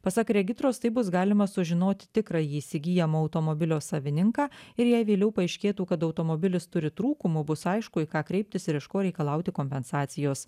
pasak regitros taip bus galima sužinoti tikrąjį įsigyjamo automobilio savininką ir jei vėliau paaiškėtų kad automobilis turi trūkumų bus aišku į ką kreiptis ir iš ko reikalauti kompensacijos